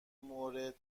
مورد